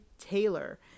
Taylor